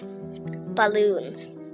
balloons